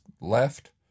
left